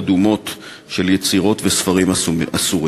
רשמתי אותך, חבר הכנסת דב חנין.